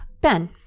Ben